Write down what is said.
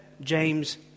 James